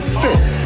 fit